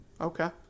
Okay